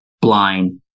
blind